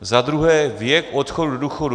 Zadruhé věk odchodu do důchodu.